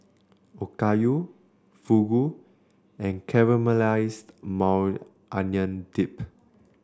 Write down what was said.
Okayu Fugu and Caramelized Maui Onion Dip